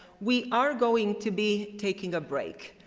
we are going to be taking a break.